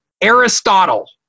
Aristotle